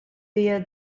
via